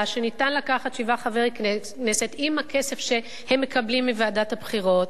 שניתן לקחת שבעה חברי כנסת עם הכסף שהם מקבלים מוועדת הבחירות,